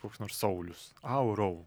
koks nors saulius au ir ou